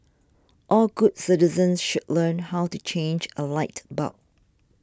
all good citizens should learn how to change a light bulb